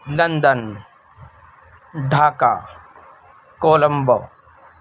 London Dhaka Colombo